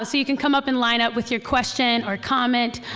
ah so you can come up and line up with your question or comment,